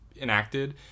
enacted